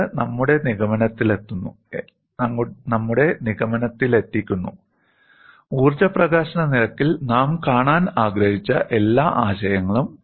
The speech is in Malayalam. ഇത് നമ്മുടെ നിഗമനത്തിലെത്തിക്കുന്നു ഊർജ്ജ പ്രകാശന നിരക്കിൽ നാം കാണാൻ ആഗ്രഹിച്ച എല്ലാ ആശയങ്ങളും